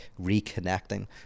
reconnecting